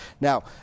Now